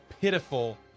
pitiful